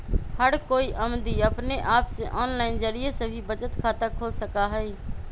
हर कोई अमदी अपने आप से आनलाइन जरिये से भी बचत खाता खोल सका हई